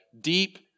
Deep